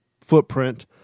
footprint